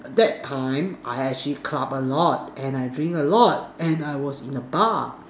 that time I actually club a lot and I drink a lot and I was in a bar